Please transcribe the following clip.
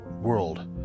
world